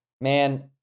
man